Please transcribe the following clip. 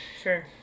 sure